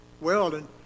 welding